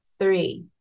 three